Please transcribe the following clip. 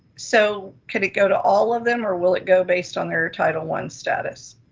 so could it go to all of them or will it go based on their title one status?